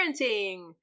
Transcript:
parenting